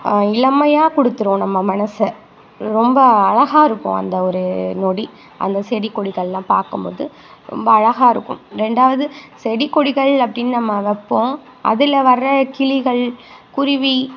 இளமையாக கொடுத்துரும் நம்ம மனசை ரொம்ப அழகா இருக்கும் அந்த ஒரு நொடி அந்த செடி கொடிகள்லாம் பார்க்கும் போது ரொம்ப அழகாக இருக்கும் ரெண்டாவது செடி கொடிகள் அப்படின்னு நம்ம வைப்போம் அதில் வர கிளிகள் குருவி